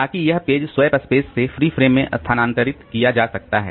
ताकि यह page swap space से फ्री फ्रेम में स्थानांतरित किया जा सकता है